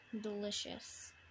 delicious